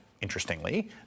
interestingly